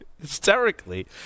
hysterically